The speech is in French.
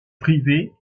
privée